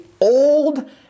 old